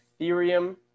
Ethereum